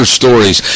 stories